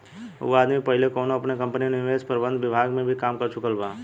उ आदमी पहिले कौनो कंपनी में निवेश प्रबंधन विभाग में भी काम कर चुकल बा